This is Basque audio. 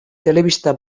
telebista